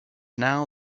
now